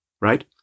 right